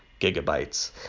gigabytes